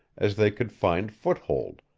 as they could find foothold,